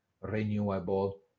renewable